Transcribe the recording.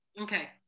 Okay